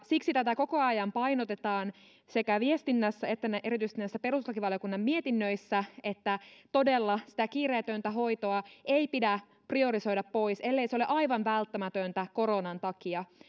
siksi tätä koko ajan painotetaan sekä viestinnässä että erityisesti näissä perustuslakivaliokunnan mietinnöissä että todella sitä kiireetöntä hoitoa ei pidä priorisoida pois ellei se ole aivan välttämätöntä koronan takia